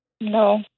No